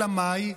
אלא מאי?